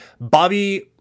Bobby